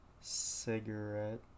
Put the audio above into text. cigarette